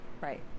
Right